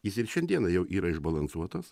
jis ir šiandieną jau yra išbalansuotas